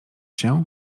się